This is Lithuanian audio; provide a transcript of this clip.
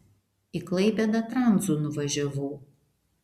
į klaipėdą tranzu nuvažiavau